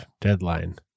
deadline